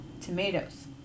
tomatoes